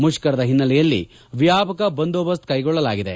ಮುಷ್ಕರದ ಹಿನ್ನೆಲೆಯಲ್ಲಿ ವ್ಯಾಪಕ ಬಂದೋಬಸ್ತ್ ಕೈಗೊಳ್ಳಲಾಗಿದೆ